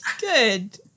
Good